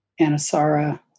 Anasara